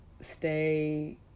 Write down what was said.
stay